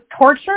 torture